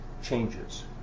Changes